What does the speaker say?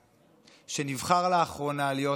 שנבחר לאחרונה להיות יושב-ראש הכנסת.